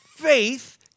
Faith